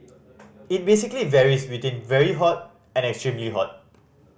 it basically varies between very hot and extremely hot